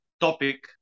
topic